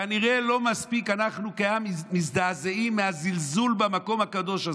כנראה לא מספיק אנחנו כעם מזדעזעים מהזלזול במקום הקדוש הזה.